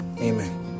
Amen